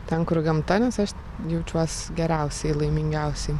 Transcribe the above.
ten kur gamta nes aš jaučiuos geriausiai laimingiausiai